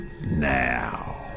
Now